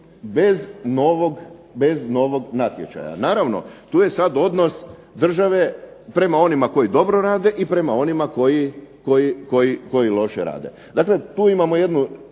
bez novog natječaja. Naravno tu je sad odnos države prema onima koji dobro rade i prema onima koji loše rade.